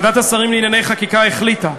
ועדת השרים לענייני חקיקה החליטה,